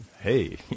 Hey